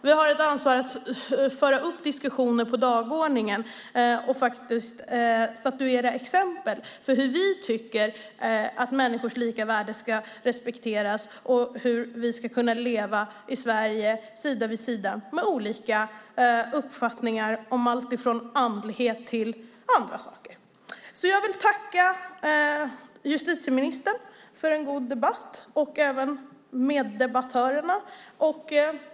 Vi har ansvar för att föra upp diskussionen på dagordningen och statuera exempel för hur människors lika värde ska respekteras och hur vi ska kunna leva i Sverige sida vid sida med olika uppfattningar om andlighet och andra saker. Jag vill tacka justitieministern och meddebattörerna för en god debatt.